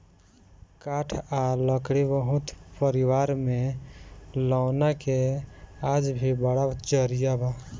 काठ आ लकड़ी बहुत परिवार में लौना के आज भी बड़ा जरिया बा